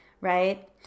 Right